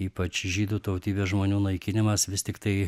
ypač žydų tautybės žmonių naikinimas vis tiktai